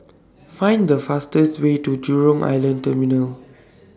Find The fastest Way to Jurong Island Terminal